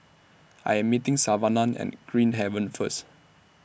I Am meeting Savanna At Green Haven First